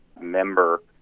member